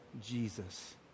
Jesus